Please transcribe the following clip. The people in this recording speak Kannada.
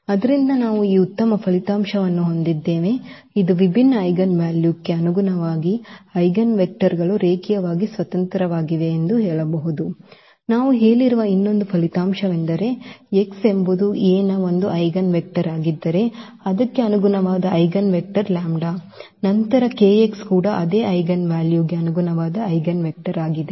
ಆದ್ದರಿಂದ ನಾವು ಈ ಉತ್ತಮ ಫಲಿತಾಂಶವನ್ನು ಹೊಂದಿದ್ದೇವೆ ಇದು ವಿಭಿನ್ನ ಐಜೆನ್ ವ್ಯಾಲ್ಯೂಕ್ಕೆ ಅನುಗುಣವಾಗಿ ಐಜೆನ್ವೆಕ್ಟರ್ಗಳು ರೇಖೀಯವಾಗಿ ಸ್ವತಂತ್ರವಾಗಿವೆ ನಾವು ಹೇಳಿರುವ ಇನ್ನೊಂದು ಫಲಿತಾಂಶವೆಂದರೆ x ಎಂಬುದು A ನ ಒಂದು ಐಜೆನ್ವೆಕ್ಟರ್ ಆಗಿದ್ದರೆ ಅದಕ್ಕೆ ಅನುಗುಣವಾದ ಐಜೆನ್ವೆಕ್ಟರ್ ನಂತರ kx ಕೂಡ ಅದೇ ಐಜೆನ್ವೆಕ್ಟರ್ ಗೆ ಅನುಗುಣವಾದ ಐಜೆನ್ವೆಕ್ಟರ್ ಆಗಿದೆ